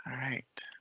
right.